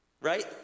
right